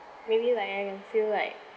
maybe like I can feel like